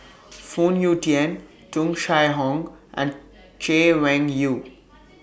Phoon Yew Tien Tung Chye Hong and Chay Weng Yew